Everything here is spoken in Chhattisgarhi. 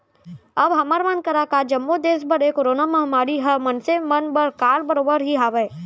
अब हमर मन करा का जम्मो देस बर ए करोना महामारी ह मनसे मन बर काल बरोबर ही हावय